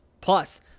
Plus